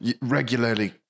regularly